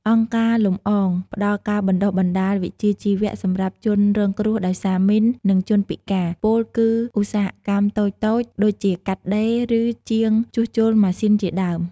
អង្គការ លំអង ផ្ដល់ការបណ្តុះបណ្ដាលវិជ្ជាជីវៈសម្រាប់ជនរងគ្រោះដោយសារមីន និងជនពិការ ពោលគឺឧស្សាហកម្មតូចៗ ដូចជាកាត់ដេរ ឬ ជាងជួសជុលម៉ាសុីនជាដើម។